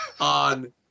on